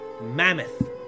mammoth